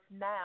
now